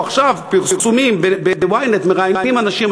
עכשיו יש פרסומים ב-ynet, מראיינים אנשים.